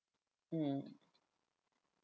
mm